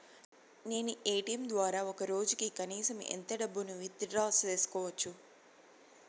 నేను ఎ.టి.ఎం ద్వారా ఒక రోజుకి కనీసం ఎంత డబ్బును విత్ డ్రా సేసుకోవచ్చు?